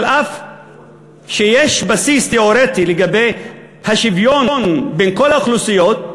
אף שיש בסיס תיאורטי לשוויון בין כל האוכלוסיות,